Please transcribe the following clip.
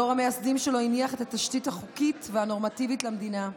דור המייסדים שלו הניח את התשתית החוקית והנורמטיבית למדינה.